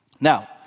Now